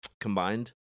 combined